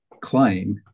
claim